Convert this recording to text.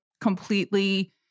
completely